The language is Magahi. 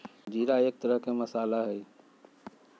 जीरा एक तरह के मसाला हई